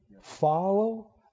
Follow